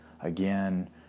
again